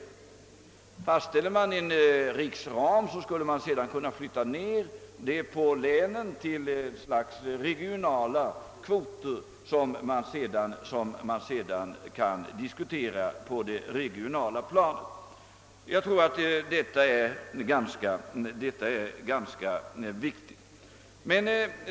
Om man först fastställer en riksram, skulle man sedan kunna flytta ned det hela på länen genom ett slags regionala kvoter, som kan diskuteras på det regionala planet. Jag tror att det är ganska viktigt.